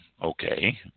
Okay